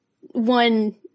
one